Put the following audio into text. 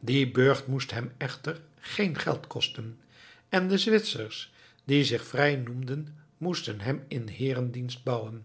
die burcht moest hem echter geen geld kosten en de zwitsers die zich vrij noemden moesten hem in heerendienst bouwen